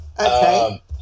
Okay